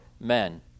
Men